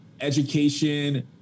education